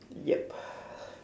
yup